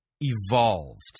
evolved